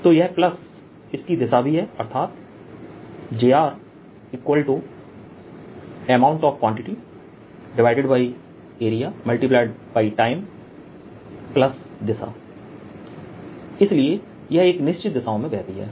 तो यह प्लस इसकी दिशा भी है अर्थात jAmount of QuantityAreatimeदिशा इसलिए यह एक निश्चित दिशाओं में बहती है